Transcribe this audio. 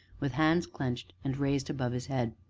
with hands clenched and raised above his head.